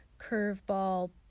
curveball